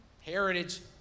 heritage